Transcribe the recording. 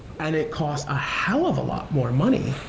and it costs a hell of a lot more money